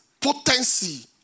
potency